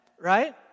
right